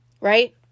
Right